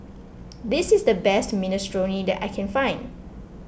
this is the best Minestrone that I can find